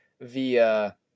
via